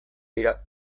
dira